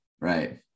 Right